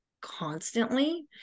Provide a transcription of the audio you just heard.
constantly